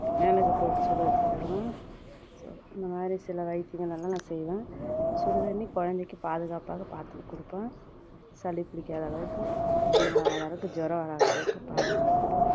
மிளகு போட்டு சுட வெச்சுத் தருவோம் ஸோ இந்த மாதிரி சில வைத்தியங்கள் எல்லாம் நான் செய்வேன் சுடு தண்ணி குழந்தைக்கி பாதுகாப்பாக பார்த்து குடுப்பேன் சளி பிடிக்காத அளவுக்கு இந்த வறட்டு ஜுரம் வராத அளவுக்கு பாதுகாப்பாக